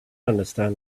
understand